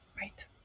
Right